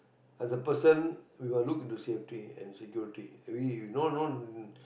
are the person we will look into safety and security we no no